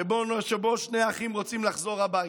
שבו שני אחים רוצים לחזור הביתה,